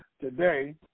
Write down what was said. today